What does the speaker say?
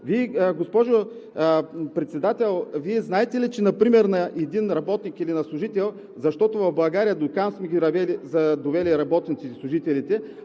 Госпожо Председател, Вие знаете ли, че например на един работник или служител, защото в България дотам сме ги довели работниците и служителите